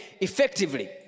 effectively